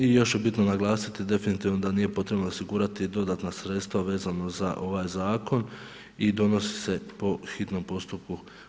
I još ću bitno naglasiti definitivno da nije potrebno osigurati dodatna sredstva vezano za ovaj zakon i donosi se po hitnom postupku.